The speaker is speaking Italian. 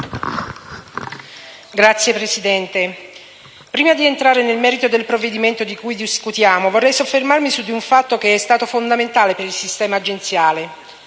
Signora Presidente, prima di entrare nel merito del provvedimento di cui discutiamo, vorrei soffermarmi su di un fatto che è stato fondamentale per il sistema agenziale: